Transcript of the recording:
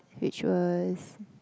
which was